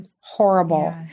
horrible